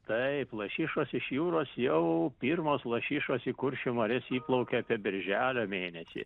taip lašišos iš jūros jau pirmos lašišos į kuršių marias įplaukė apie birželio mėnesį